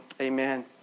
amen